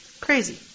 Crazy